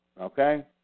Okay